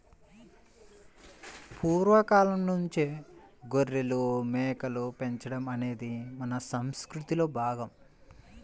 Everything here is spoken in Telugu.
పూర్వ కాలంనుంచే గొర్రెలు, మేకలు పెంచడం అనేది మన సంసృతిలో భాగం